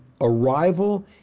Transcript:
arrival